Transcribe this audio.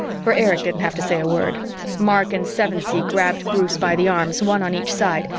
for erich didn't have to say a word mark and sevensee grabbed bruce by the arms, one on each side,